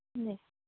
नहीं